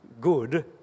good